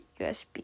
USB